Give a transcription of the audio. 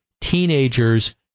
teenagers